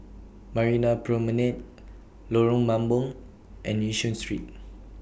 Marina Promenade Lorong Mambong and Yishun Street